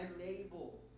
enable